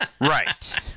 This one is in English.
Right